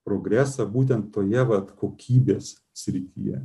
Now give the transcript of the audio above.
progresą būtent toje vat kokybės srityje